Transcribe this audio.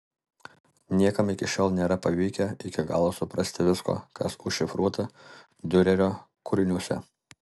niekam iki šiol nėra pavykę iki galo suprasti visko kas užšifruota diurerio kūriniuose